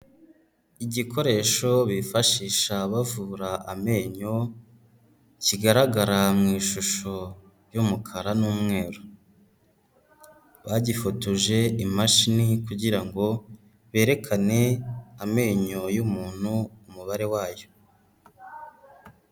Igikoresho bifashisha bavura amenyo, kigaragara mu ishusho y'umukara n'umweru, bagifotoje imashini kugira ngo berekane amenyo y'umuntu umubare wayo.